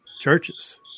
churches